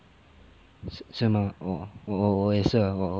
是是吗哦我也是啊我